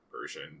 version